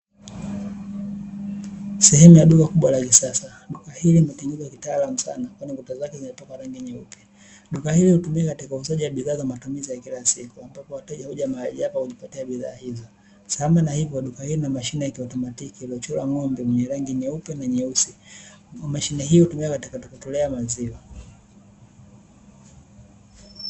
sehemu ya duka kubwa la kisasa ,duka hili limetengenezwa kitaalamu sana kwani kuta zake zimepakwa rangi nyeupe ,duka hili hutumika katika uuzaji wa bidhaa matumizi ya kila siku ambapo wateja huja mahali hapa kujipatia bidhaa, hizo sambamba na hizo kuna mashine ya kiautomatiki iliyochorwa ngombe mwenye rangi nyeupe na nyeusi ,mashine hii hutumika katika kutolea maziwa.